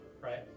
right